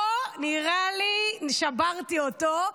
פה, נראה לי, שברתי אותו.